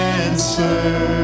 answer